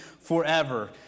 forever